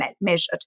measured